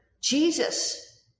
Jesus